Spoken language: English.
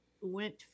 went